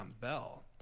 Bell